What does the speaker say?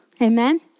Amen